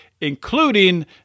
including